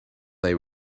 they